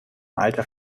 alter